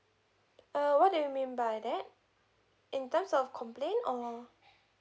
err what do you mean by that in terms of complain or